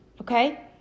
Okay